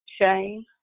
shame